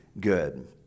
good